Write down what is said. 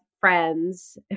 friends